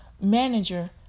Manager